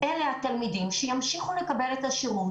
אלה התלמידים שימשיכו לקבל את השירות